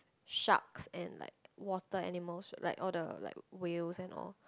sharks and like water animals like all the like whales and all